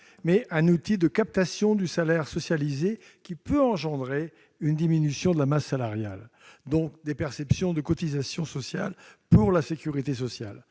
mais un outil de captation du salaire socialisé, qui peut engendrer une diminution de la masse salariale, donc des perceptions de cotisations sociales pour la sécurité sociale.